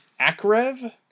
Akrev